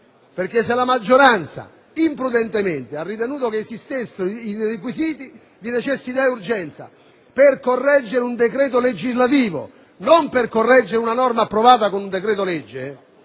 se la maggioranza imprudentemente ha ritenuto che esistessero i requisiti di necessità e urgenza per correggere un decreto legislativo, non per correggere una norma approvata con un decreto - legge